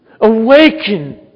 Awaken